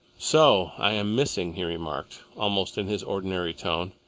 so i am missing, he remarked, almost in his ordinary tone.